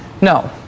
no